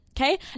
Okay